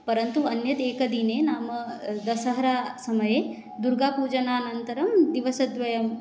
परन्तु अन्यत् एकदिने नाम दसहरासमये दुर्गापूजनानन्तरं दिवसद्वयं